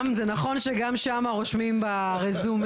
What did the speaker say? זה נכון שגם שם רושמים ברזומה,